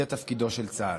זה תפקידו של צה"ל,